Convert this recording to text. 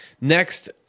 next